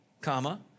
comma